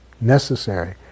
necessary